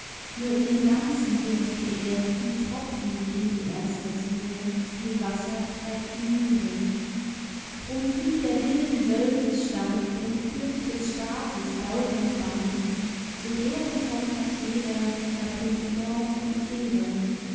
nur in dem ganzen wirket er viel tropfen geben erst das meer viel wasser treibt die mühle drum flieht der wilden wölfe stand und knüpft des staates daurend band so lehren vom katheder herr puffendorf und feder